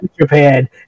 Japan